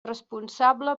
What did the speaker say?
responsable